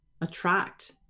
attract